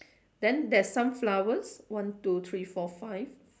then there's some flowers one two three four five